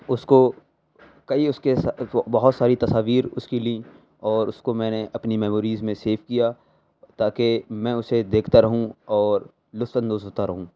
اس کو کئی اس کے بہت ساری تصاویر اس کی لیں اور اس کو میں نے اپنی میموریز میں سیو کیا تا کہ میں اسے دیکھتا رہوں اور لطف اندوز ہوتا رہوں